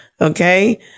okay